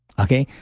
okay?